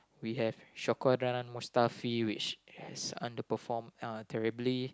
we have Shkodran-Mustafi which has underperform uh terribly